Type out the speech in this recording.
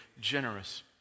generous